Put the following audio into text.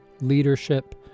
leadership